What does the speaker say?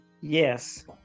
Yes